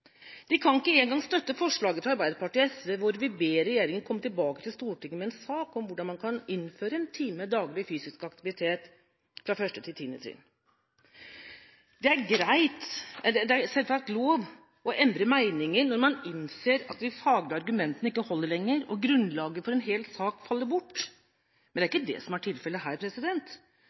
de har lovet velgerne. De kan ikke engang støtte forslaget fra Arbeiderpartiet og SV hvor vi ber regjeringa komme tilbake til Stortinget med en sak om hvordan man kan innføre en time daglig fysisk aktivitet fra 1. til 10. trinn. Det er selvsagt lov å endre mening når man innser at de faglige argumentene ikke holder lenger og grunnlaget for en hel sak faller bort, men det er ikke det som er tilfellet her.